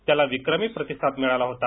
त्याला विक्रमी प्रतिसाद मिळाला होता